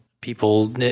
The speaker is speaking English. people